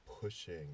pushing